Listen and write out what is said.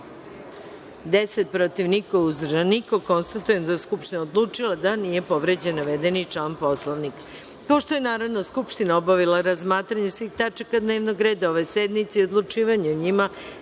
10, protiv – niko, uzdržanih – nema. Konstatujem da je Skupština odlučila da nije povređen navedeni član Poslovnika. Pošto je Narodna skupština obavila razmatranje svih tačaka dnevnog reda ove sednice i odlučivanje o njima,